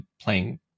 playing